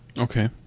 Okay